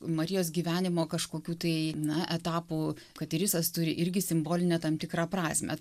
marijos gyvenimo kažkokių tai na etapų kad irisas turi irgi simbolinę tam tikrą prasmę